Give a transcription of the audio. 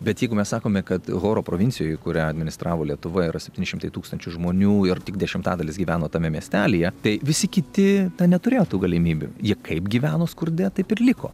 bet jeigu mes sakome kad horo provincijoj kurią administravo lietuva yra septyni šimtai tūkstančių žmonių ir tik dešimtadalis gyveno tame miestelyje tai visi kiti ta neturėjo tų galimybių jie kaip gyveno skurde taip ir liko